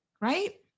right